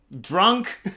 drunk